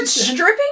stripping